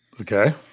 Okay